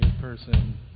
person